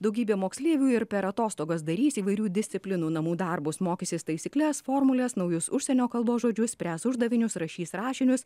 daugybė moksleivių ir per atostogas darys įvairių disciplinų namų darbus mokysis taisykles formules naujus užsienio kalbos žodžiu spręs uždavinius rašys rašinius